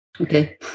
Okay